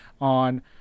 on